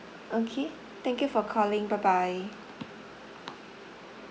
okay thank you for calling bye bye